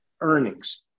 earnings